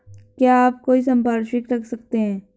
क्या आप कोई संपार्श्विक रख सकते हैं?